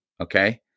Okay